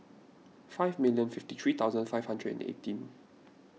five million fifty three thousand five hundred and eighteen